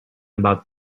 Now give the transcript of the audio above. about